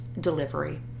delivery